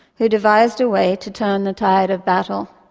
who devised a way to turn the tide of battle.